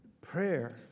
prayer